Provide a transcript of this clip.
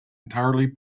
entirely